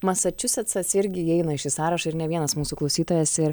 masačiusetsas irgi įeina į šį sąrašą ir ne vienas mūsų klausytojas ir